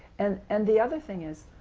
and and the other thing is,